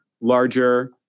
larger